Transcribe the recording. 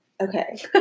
Okay